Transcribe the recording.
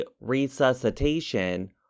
resuscitation